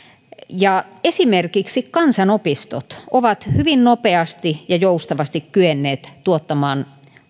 esimerkiksi kansanopistot ovat hyvin nopeasti ja joustavasti kyenneet tuottamaan